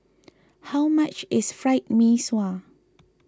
how much is Fried Mee Sua